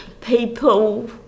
people